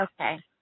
Okay